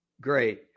Great